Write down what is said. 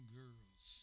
girls